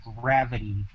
gravity